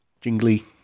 jingly